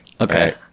Okay